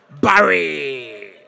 Barry